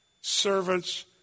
Servants